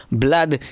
blood